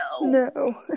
No